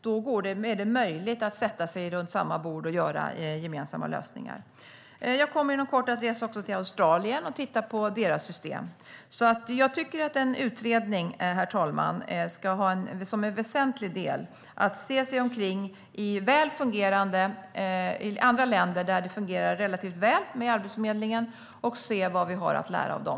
Då är det möjligt att sätta sig runt samma bord och göra gemensamma lösningar. Jag kommer inom kort att resa till Australien och titta på deras system. Jag tycker att en utredning, herr talman, ska ha som en väsentlig del att se sig omkring i andra länder där det fungerar relativt väl med arbetsförmedlingen och se vad vi har att lära av dem.